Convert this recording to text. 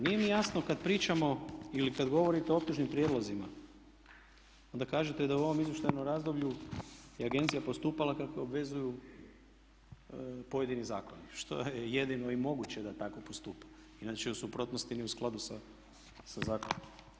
Nije mi jasno kad pričamo ili kad govorite o optužnim prijedlozima, onda kažete da u ovom izvještajnom je agencija postupala kako obvezuju pojedini zakoni što je jedino i moguće da tako postupa, jer inače u suprotnosti ni u skladu sa zakonom.